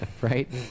Right